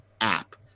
app